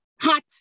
hot